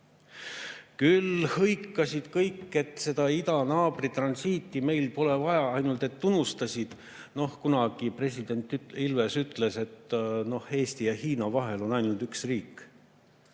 Küll hõikasid kõik, et meil pole idanaabri transiiti vaja, ainult et unustasid ... Kunagi president Ilves ütles, et Eesti ja Hiina vahel on ainult üks riik,